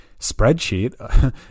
spreadsheet